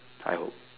I hope